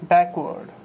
Backward